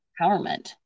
empowerment